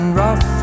rough